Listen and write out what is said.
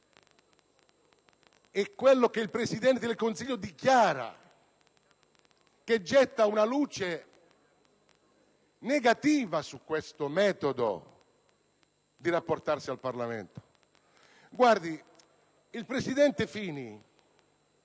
è quello che il Presidente del Consiglio dichiara a gettare una luce negativa su questo modo di rapportarsi al Parlamento. Il presidente Fini